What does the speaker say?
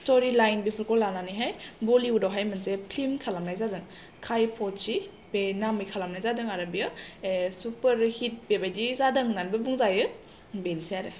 story line बेफोरखौ लानानैहाइ बलिउद आवहाइ मोनसे फिल्म खालामनाय जागोन खाइ फ सि बे नामयै खालामनाय जादों आरो बेयो ए सुपारहिथ बेबाइदि जादों होननानैबो बुंजायो बेनोसोइ आरो